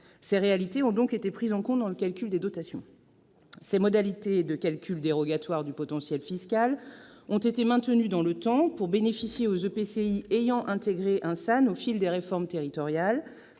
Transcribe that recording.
Ces réalités ont donc été prises en compte dans le calcul des dotations. La modalité de calcul dérogatoire du potentiel fiscal a été maintenue dans le temps, pour bénéficier aux EPCI ayant intégré un SAN au fil des réformes territoriales,